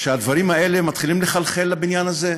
שהדברים האלה מתחילים לחלחל לבניין הזה,